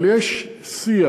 אבל יש שיח,